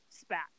spat